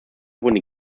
wurden